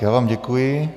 Já vám děkuji.